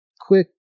quick